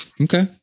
okay